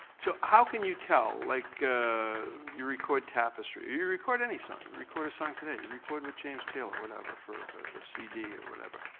so how can you tell? like you record tapestry or you record any song, you record a song today, you record with james taylor, whatever, for cd or whatever,